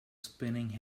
spinning